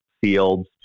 fields